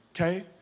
Okay